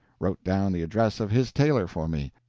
wrote down the address of his tailor for me.